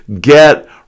Get